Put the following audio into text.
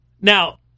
Now